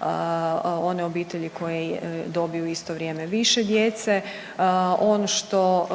one obitelji koje dobiju u isto vrijeme više djece. Ono što